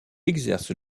exerce